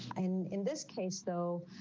and in this case, though,